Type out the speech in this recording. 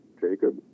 Jacob